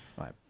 Right